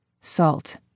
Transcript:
salt